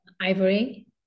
ivory